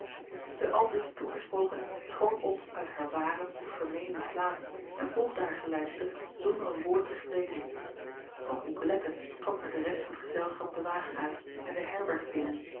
e aldus toegesprokene schoot op uit haar waren of vermeenden slaap en volgde haar geleidster zonder een woord te spreken ok icolette trok met de rest van t gezelschap den wagen uit en de herberg binnen